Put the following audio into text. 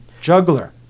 juggler